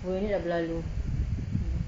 sepuluh minit dah berlalu